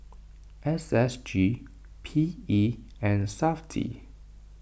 S S G P E and SAFTI